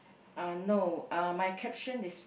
uh no uh my caption is